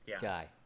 Guy